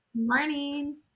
Morning